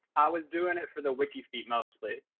i was doing it for the wiki feed mostly.